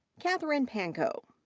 katherine pankow.